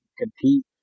compete